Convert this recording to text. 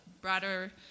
broader